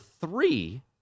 three